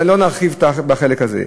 ולא נרחיב בחלק הזה.